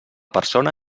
persona